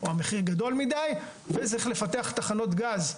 המחיר גדול מדי וצריך לפתח תחנות גז.